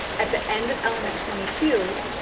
at the end of element twenty two,